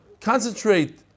concentrate